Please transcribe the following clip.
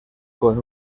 con